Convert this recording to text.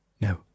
no